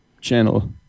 channel